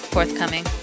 Forthcoming